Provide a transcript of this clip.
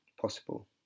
possible